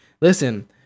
Listen